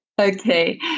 Okay